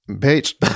page